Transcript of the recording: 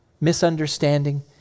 misunderstanding